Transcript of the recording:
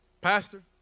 Pastor